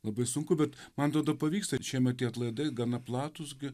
labai sunku bet man atrodo pavyks tad šiemet tie atlaidai gana platūs gi